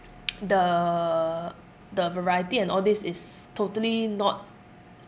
the the variety and all this is totally not